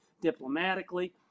diplomatically